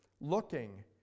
looking